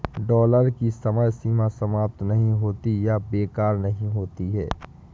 dollar की समय सीमा समाप्त नहीं होती है या बेकार नहीं होती है